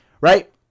right